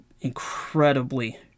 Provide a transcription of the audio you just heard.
incredibly